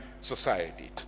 society